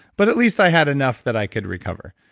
but at least i had enough that i could recovery,